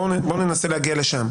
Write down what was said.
בואו ננסה להגיע לשם.